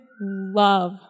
love